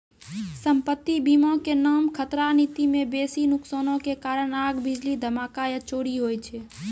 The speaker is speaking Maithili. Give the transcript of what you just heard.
सम्पति बीमा के नाम खतरा नीति मे बेसी नुकसानो के कारण आग, बिजली, धमाका या चोरी होय छै